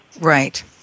Right